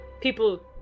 people